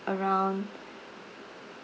around